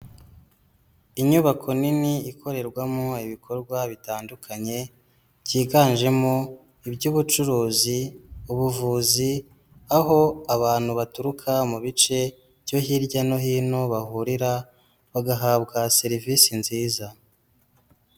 Inyubako nini ikorerwamo ibikorwa bitandukanye, byiganjemo iby'ubucuruzi, ubuvuzi, aho abantu baturuka mu bice byo hirya no hino bahurira, bagahabwa serivisi nziza.